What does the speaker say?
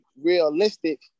realistic